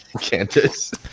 Cantus